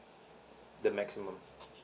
the maximum